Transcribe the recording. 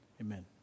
Amen